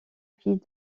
fille